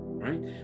Right